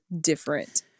different